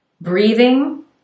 breathing